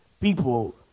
People